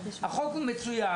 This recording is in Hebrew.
החוק הוא מצוין,